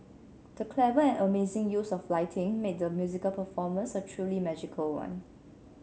the clever and amazing use of lighting made the musical performance a truly magical one